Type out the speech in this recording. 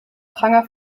pranger